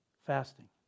fasting